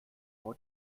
vor